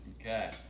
Okay